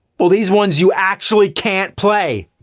well, these ones you actually can't play.